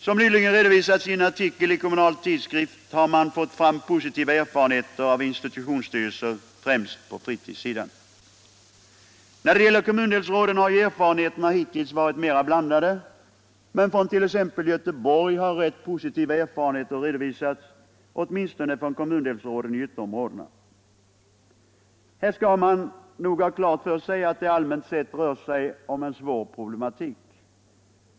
Som nyligen redovisats i en artikel i Kommunal tidskrift har man fått fram positiva erfarenheter av institutionsstyrelser, främst på fritidssidan. När det gäller kommundelsråden har ju erfarenheterna hittills varit mera blandade. Men från t.ex. Göteborg har rätt positiva erfarenheter redovisats, åtminstone från kommundelsråden i ytterområdena. Här skall man nog ha klart för sig att det allmänt sett rör sig om en svår problematik.